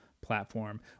platform